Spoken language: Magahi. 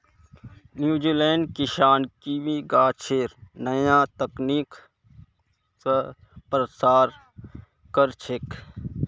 न्यूजीलैंडेर किसान कीवी गाछेर नया तकनीक स प्रसार कर छेक